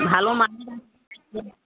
ভালো না